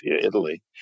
Italy